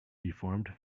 deformed